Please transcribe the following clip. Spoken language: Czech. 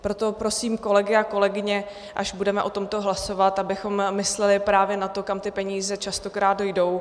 Proto prosím kolegy a kolegyně, až budeme o tomto hlasovat, abychom mysleli právě na to, kam ty peníze častokrát jdou.